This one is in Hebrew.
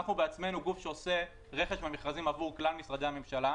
אנחנו בעצמנו גוף שעושה רכש מהמכרזים עבור כלל משרדי הממשלה,